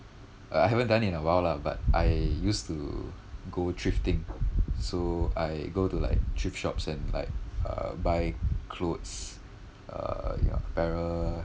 uh I haven't done it in a while lah but I used to go thrifting so I go to like thrift shops and like uh buy clothes uh ya apparel